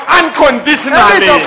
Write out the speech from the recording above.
unconditionally